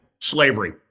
slavery